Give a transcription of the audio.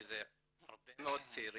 כי זה הרבה מאוד צעירים